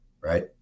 right